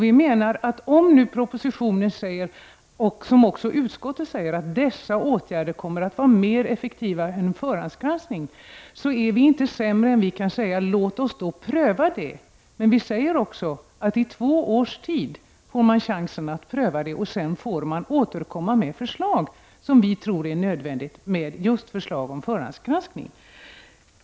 Vi menar att om nu, som propositionen säger och också utskottet säger, dessa åtgärder kommer att vara mer effektiva än förhandsgranskning, är vi inte sämre än att vi kan säga: Låt oss då pröva det. Men vi säger att i två års tid får man chansen att pröva det. Sedan får man återkomma med förslag, och då tror vi att det är nödvändigt att just komma med förslag om förhandsgranskning.